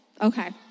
Okay